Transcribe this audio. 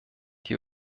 die